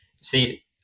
See